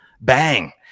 bang